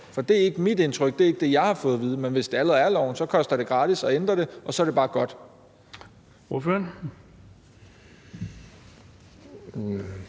for det er ikke mit indtryk; det er ikke det, jeg har fået at vide. Men hvis det allerede er loven, koster det gratis at ændre det, og så er det bare godt.